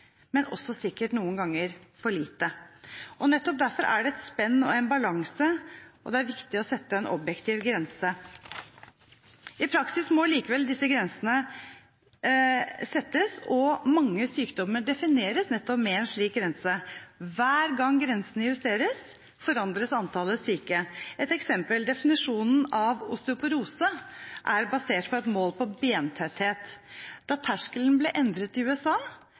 men sikkert også noen ganger for lite. Nettopp fordi dette er et spenn og en balanse, er det vanskelig å sette en objektiv grense. I praksis må likevel disse grensene settes, og mange sykdommer defineres nettopp med en slik grense. Hver gang grensene justeres, forandres antallet syke. Ett eksempel: Definisjonen av osteoporose er basert på et mål på bentetthet. Da terskelen ble endret i USA,